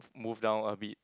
move down a bit